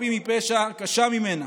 חפים מפשע קשה ממנה.